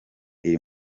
iri